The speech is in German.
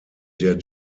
der